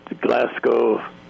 Glasgow